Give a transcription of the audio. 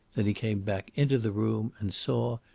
then he came back into the room and saw,